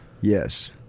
Yes